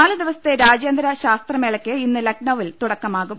നാലു ദിവസത്തെ രാജ്യാന്തര ശാസ്ത്രമേളയ്ക്ക് ഇന്ന് ലക്നൌവിൽ തുടക്കമാകും